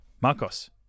Marcos